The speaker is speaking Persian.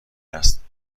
است